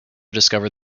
discovered